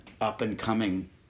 up-and-coming